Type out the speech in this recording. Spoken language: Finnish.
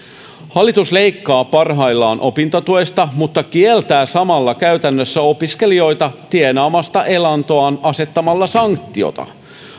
hallitus leikkaa parhaillaan opintotuesta mutta kieltää samalla käytännössä opiskelijoita tienaamasta elantoaan asettamalla sanktioita